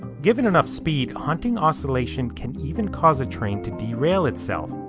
given enough speed, hunting oscillation can even cause a train to derail itself,